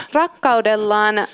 rakkaudellaan